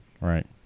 right